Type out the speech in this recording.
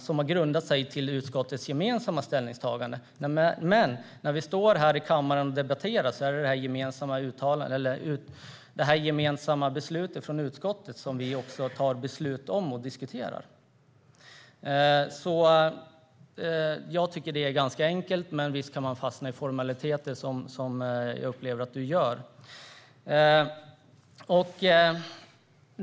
De utgör grunden för utskottets gemensamma ställningstagande. Men när vi debatterar i kammaren är det utskottets gemensamma beslut som vi fattar beslut om. Jag tycker att det är ganska enkelt, men visst kan man fastna i formaliteter, som jag upplever att du gör.